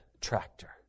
tractor